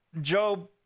Job